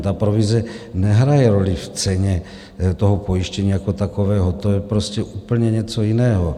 Ta provize nehraje roli v ceně toho pojištění jako takového, to je prostě úplně něco jiného.